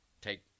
take